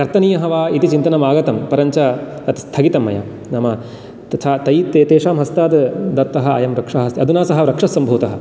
कर्तनीयः वा इति चिन्तनम् आगतं परञ्च तत् स्थगितं मया नाम तथा तैः तेषां हस्ताद्दत्तः अयं वृक्षः अस्ति अधुना सः रक्षस्सम्भूतः